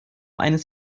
eines